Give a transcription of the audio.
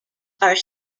are